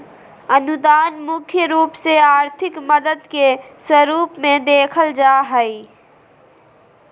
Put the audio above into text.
अनुदान मुख्य रूप से आर्थिक मदद के स्वरूप मे देखल जा हय